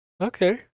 Okay